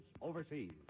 overseas